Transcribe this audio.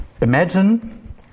Imagine